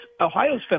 ohio's